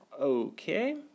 Okay